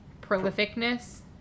prolificness